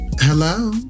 Hello